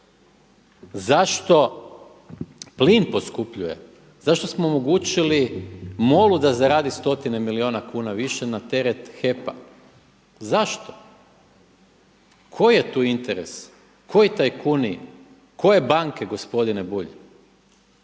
Zašto plin poskupljuje? Zašto smo omogućili MOL-u da zaradi stotine milijuna kuna više na teret HEP-a? Zašto? Koji je tu interes, koji tajkuni, koje banke gospodine Bulj?